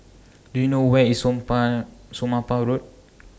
Do YOU know Where IS Somapah Road